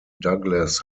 douglass